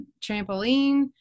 trampoline